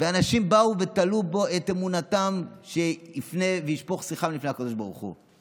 ואנשים באו ותלו בו את אמונתם שיפנה וישפוך שיחם לפני הקדוש ברוך הוא.